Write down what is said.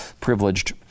privileged